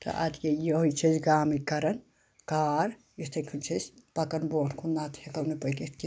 تہٕ اَدٕ کیٛاہ یِہَے چھِ أسۍ گامٕکۍ کَران کار یِتھٕے کُنۍ چھِ أسۍ پَکان برٛونٛٹھ کُن نتہٕ ہیٚکو نہٕ پٔکِتھ کیٚنٛہہ